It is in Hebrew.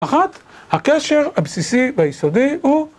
אחת, הקשר הבסיסי והיסודי הוא